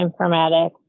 informatics